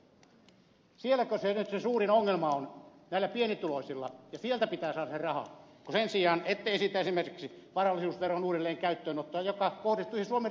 sielläkö se nyt se suurin ongelma on näillä pienituloisilla ja sieltä pitää saada se raha kun sen sijaan ette esitä esimerkiksi varallisuusveron uudelleen käyttöönottoa joka kohdistuisi suomen rikkaimpiin ihmisiin